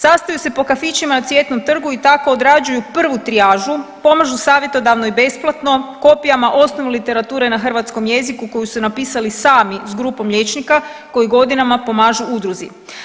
Sastaju se po kafićima na Cvjetnom trgu i tako odrađuju prvu trijažu, pomažu savjetodavno i besplatno kopijama osnovne literature na hrvatskom jeziku koju su napisali sami s grupom liječnika koji godinama pomažu udruzi.